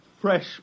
fresh